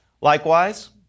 Likewise